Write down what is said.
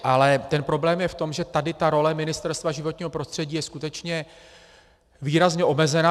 Ale problém je v tom, že tady role Ministerstva životního prostředí je skutečně výrazně omezena.